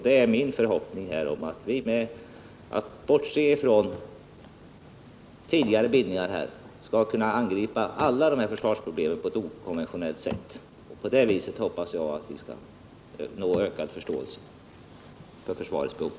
Det är min förhoppning att vi genom att bortse från tidigare bindningar skall kunna angripa dessa försvarsproblem på ett okonventionellt sätt. Därigenom hoppas jag att vi skall nå ökad förståelse för försvarets behov.